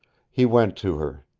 he went to her.